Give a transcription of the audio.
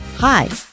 Hi